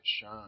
shine